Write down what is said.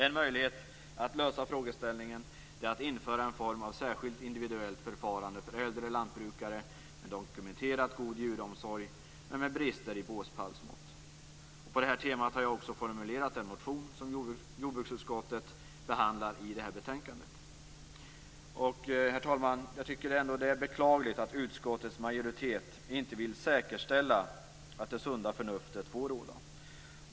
En möjlighet är att införa en form av särskilt individuellt förfarande för äldre lantbrukare med dokumenterat god djuromsorg men med brister i båspallsmått. På det temat har jag väckt en motion som jordbruksutskottet behandlat i betänkandet. Herr talman! Det är beklagligt att utskottets majoritet inte vill säkerställa att det sunda förnuftet får råda.